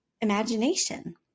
imagination